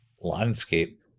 Landscape